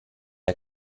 der